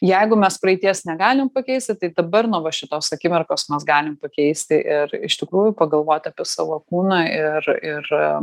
jeigu mes praeities negalim pakeisti tai dabar nuo va šitos akimirkos mes galim pakeisti ir iš tikrųjų pagalvot apie savo kūną ir ir